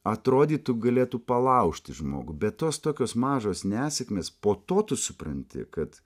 atrodytų galėtų palaužti žmogų bet tos tokios mažos nesėkmės po to tu supranti kad